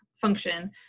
function